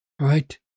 right